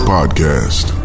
Podcast